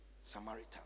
Samaritan